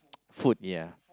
food ya